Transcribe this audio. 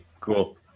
cool